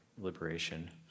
liberation